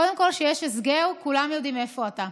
קודם כול, כשיש הסגר כולם יודעים איפה אתה.